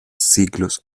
ciclos